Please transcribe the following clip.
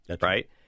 right